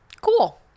Cool